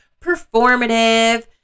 performative